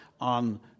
on